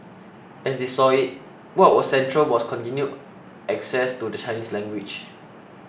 as they saw it what was central was continued access to the Chinese language